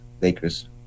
Lakers